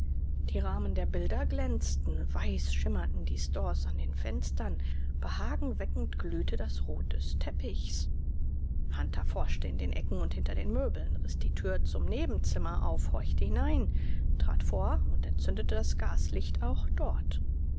die rahmen der bilder glänzten weiß schimmerten die stores an den fenstern behagen weckend glühte das rot des teppichs hunter forschte in den ecken und hinter den möbeln riß die tür zum nebenzimmer auf horchte hinein trat vor und entzündete das gaslicht auch dort